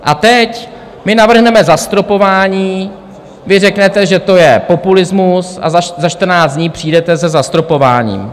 A teď my navrhneme zastropování, vy řeknete, že to je populismus, a za 14 dní přijdete se zastropováním.